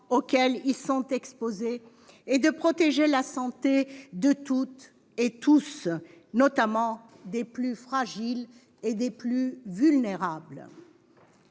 auxquelles ils sont exposés et de protéger la santé de toutes et tous, notamment des plus fragiles et des plus vulnérables.